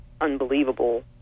unbelievable